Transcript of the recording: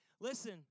listen